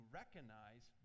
recognize